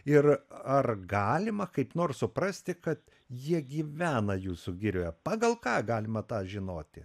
ir ar galima kaip nors suprasti kad jie gyvena jūsų girioje pagal ką galima tą žinoti